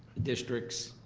districts.